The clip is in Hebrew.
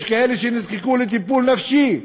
יש כאלה שנזקקו לטיפול נפשי,